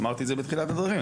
אמרתי את זה בתחילת הדברים,